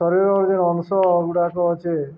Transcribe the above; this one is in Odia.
ଶରୀରର ଯେନ୍ ଅଂଶ ଗୁଡ଼ାକ ଅଛେ